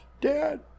Dad